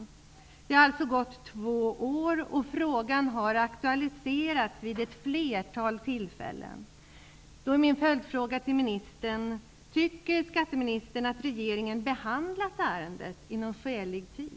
Det har gått två år. Frågan har aktualiserats vid ett flertal tillfällen. Då är min följdfråga till ministern: Tycker skatteministern att regeringen behandlat ärendet inom skälig tid?